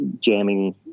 jamming